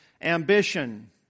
ambition